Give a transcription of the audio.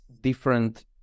different